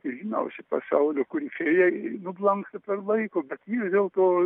ir žinau iš šio pasaulio kur išėjai nublanksta per laiką bet vis dėlto